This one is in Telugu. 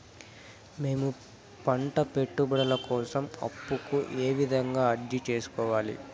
మేము పంట పెట్టుబడుల కోసం అప్పు కు ఏ విధంగా అర్జీ సేసుకోవాలి?